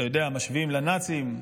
אתה יודע, משווים לנאצים.